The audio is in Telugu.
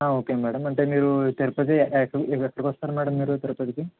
ఓకే మ్యాడమ్ అంటే మీరు తిరుపతి ఎక్క ఎక్కడికి వస్తారు మ్యాడమ్ మీరు తిరుపతికి